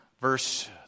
verse